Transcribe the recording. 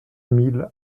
mille